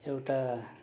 एउटा